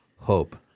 Hope